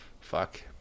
Fuck